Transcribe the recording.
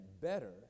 better